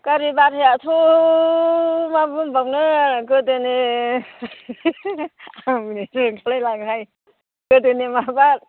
गारि बारहायाथ' मा बुंबावनो गोदोनो आं मिनिनोसो ओंखारलाय लाङोहाय गोदोनो माबा